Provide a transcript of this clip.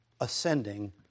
ascending